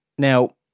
Now